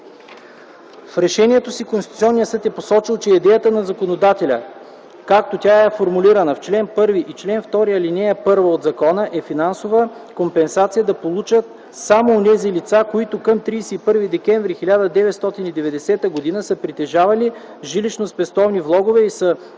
В решението си Конституционният съд е посочил, че идеята на законодателя, както тя е формулирана в чл. 1 и чл. 2, ал. 1 от закона, е финансова компенсация да получат само онези лица, които към 31 декември 1990 г. са притежавали жилищно-спестовени влогове и са